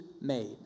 made